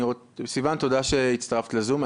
סיון, תודה שהצטרפת לזום.